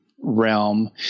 realm